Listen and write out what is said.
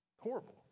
Horrible